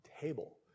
table